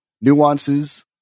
nuances